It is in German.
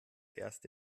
erst